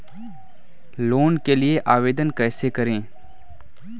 Loan के लिए आवेदन कैसे करें?